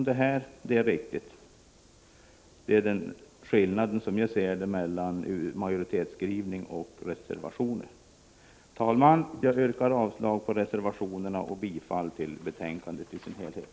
Det är riktigt. Detta är, som jag ser det, skillnaden mellan majoritetsskrivningen och reservationen. Herr talman! Jag yrkar avslag på reservationerna och bifall till utskottets hemställan i dess helhet.